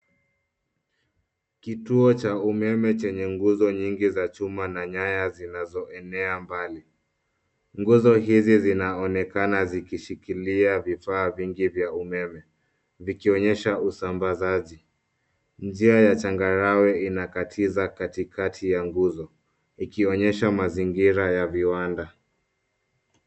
Kituo cha umeme chenye nguzo nyingi za chuma na nyaya zinazoenea mbali. Nguzo hizi zinaonekana zikishikilia vifaa vingi vya umeme, vikionyesha usambazaji. Njia ya changarawe inakatiza katikati ya nguzo, ikionyesha mazingira ya viwanda.